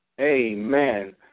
Amen